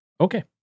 Okay